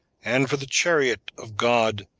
and for the chariot of god,